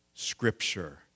Scripture